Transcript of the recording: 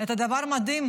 את הדבר המדהים,